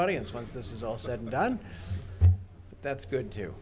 audience once this is all said and done that's good to